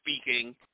speaking